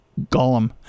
Gollum